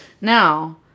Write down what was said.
Now